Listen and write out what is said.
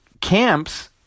camps